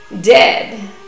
dead